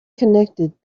connected